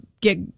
get